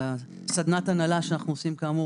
הבוקר בסדנת ההנהלה שאנחנו עושים כאמור